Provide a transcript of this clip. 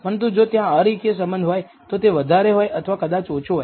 પરંતુ જો ત્યાં અરેખીય સંબંધ હોય તો તે વધારે હોય અથવા કદાચ ઓછો હોય